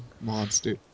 monster